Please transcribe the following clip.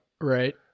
Right